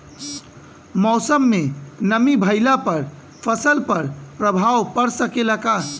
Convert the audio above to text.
मौसम में नमी भइला पर फसल पर प्रभाव पड़ सकेला का?